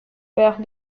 père